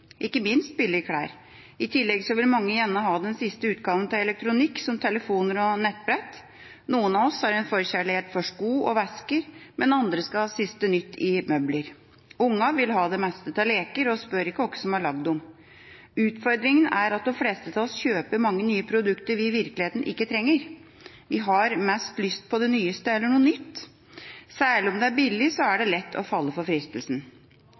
ikke minst billige klær. I tillegg vil mange gjerne ha den siste utgaven av elektronikk, som telefoner og nettbrett. Noen av oss har en forkjærlighet for sko og vesker, mens andre skal ha siste nytt i møbler. Ungene vil ha det meste av leker og spør ikke hvem som har laget dem. Utfordringen er at de fleste av oss kjøper mange nye produkter vi i virkeligheten ikke trenger. Vi har mest lyst på det nyeste eller noe nytt. Særlig om det er billig, er det lett å falle for fristelsen.